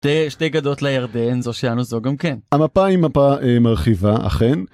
שתי גדות לירדן זו שאנו זו גם כן. המפה היא מפה מרחיבה, אכן.